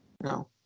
No